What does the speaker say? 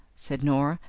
said norah,